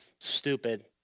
stupid